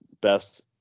best